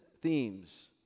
themes